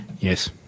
Yes